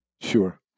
Sure